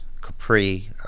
Capri